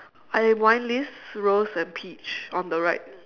I have wine list rose and peach on the right